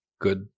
good